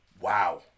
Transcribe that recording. Wow